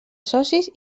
socis